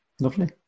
Lovely